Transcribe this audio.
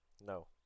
no